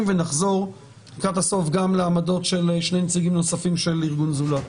ונחזור לקראת הסוף גם לעמדות של נציגים נוספים מארגון "זולת".